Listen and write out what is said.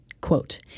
Quote